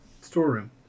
storeroom